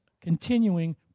continuing